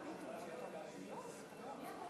יש לנו הצעת חוק ראשית והצעה